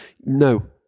No